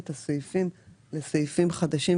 לגבי פרסומת,